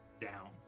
down